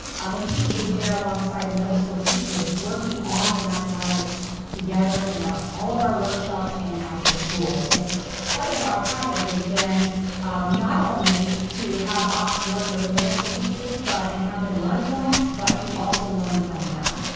but he is there alongside the middle school teachers working on the mathematics together in all of our workshops and at the schools. so part of our project has been not only to have us work with the middle school teachers but and have them learn from us, but to also learn from them,